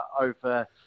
over